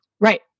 Right